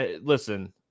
listen